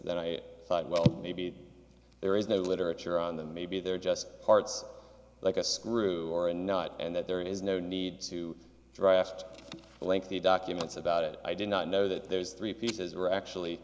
that i thought well maybe there is no literature on them maybe they're just parts like a screw or a nut and that there is no need to draft a lengthy documents about it i do not know that there's three pieces are actually